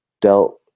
dealt